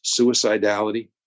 suicidality